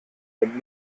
und